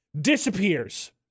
disappears